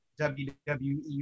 WWE